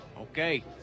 Okay